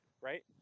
right